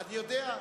אני יודע,